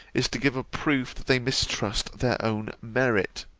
is to give a proof that they mistrust their own merit